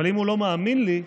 אבל אם הוא לא מאמין לי,